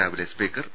രാവിലെ speaker P